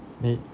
need